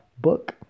book